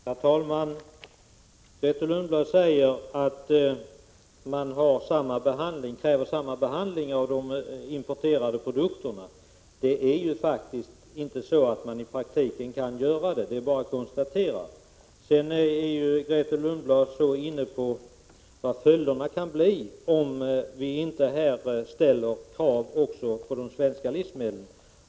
Herr talman! Grethe Lundblad säger att vi kräver detsamma för importerade produkter som för svenska. Men i praktiken kan vi inte göra det — det är bara att konstatera detta. Grethe Lundblad är också inne på vilka följderna kan bli om vi inte ställer krav också på de svenska livsmedlen.